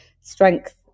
strength